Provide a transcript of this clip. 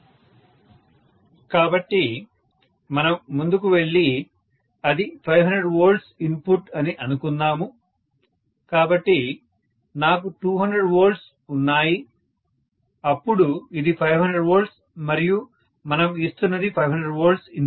professor student సంభాషణ ముగుస్తుంది కాబట్టి మనం ముందుకు వెళ్లి అది 500 వోల్ట్స్ ఇన్పుట్ అని అనుకుందాం కాబట్టి నాకు 200 వోల్ట్స్ ఉన్నాయి అప్పుడు ఇది 500 వోల్ట్స్ మరియు మనం ఇస్తున్నది 500 వోల్ట్స్ ఇన్పుట్